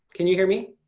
can you hear me?